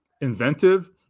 inventive